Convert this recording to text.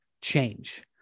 change